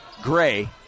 Gray